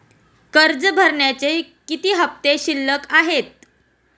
कर्ज भरण्याचे किती हफ्ते शिल्लक आहेत?